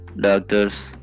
doctors